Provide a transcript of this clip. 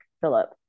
Philip